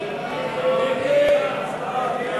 אדוני היושב-ראש,